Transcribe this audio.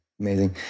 Amazing